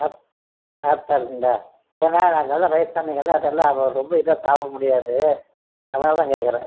சாப் சாஃப்ட்டாக இருக்கும்ங்களா ஏன்னா நாங்கெல்லாம் வயதானங்க எல்லாம் அதெல்லாம் ரொம்ப இதாக சாப்பிட முடியாது அதனால் தான் கேக்கிறேன்